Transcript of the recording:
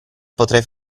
potrai